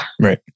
Right